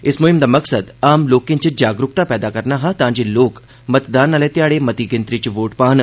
इस मुहिम दा मकसद आम लोकें इच जागरूकता पैदा करना हा ता ज लोक मतदान आहल ध्याड़ मती गिनतरी इच वोट पान